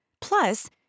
Plus